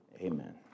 Amen